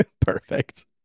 Perfect